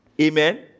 Amen